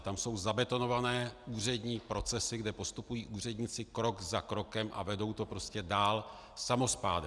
Tam jsou zabetonované úřední procesy, kde postupují úředníci krok za krokem a vedou to prostě dál samospádem.